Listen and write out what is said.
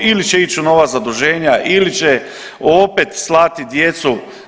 Ili će ići u nova zaduženja ili će opet slati djecu.